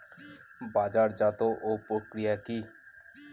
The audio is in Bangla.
বাজারজাতও প্রক্রিয়া কি?